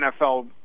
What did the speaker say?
NFL